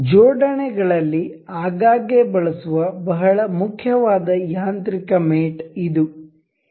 ಜೋಡಣೆಗಳಲ್ಲಿ ಆಗಾಗ್ಗೆ ಬಳಸುವ ಬಹಳ ಮುಖ್ಯವಾದ ಯಾಂತ್ರಿಕ ಮೇಟ್ ಇದು